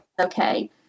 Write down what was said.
okay